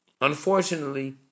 Unfortunately